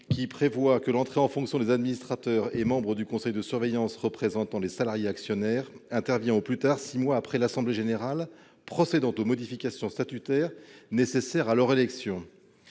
qui prévoit que l'entrée en fonction des administrateurs et membres du conseil de surveillance représentant les salariés actionnaires intervient au plus tard six mois après l'assemblée générale procédant aux modifications statutaires nécessaires à leur élection.